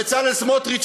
בצלאל סמוטריץ,